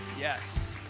Yes